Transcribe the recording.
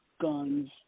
guns